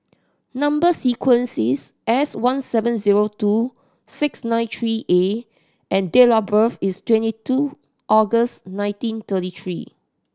number sequence is S one seven zero two six nine three A and date of birth is twenty two August nineteen thirty three